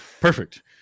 Perfect